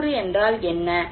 உள் கூறு என்றால் என்ன